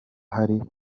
hari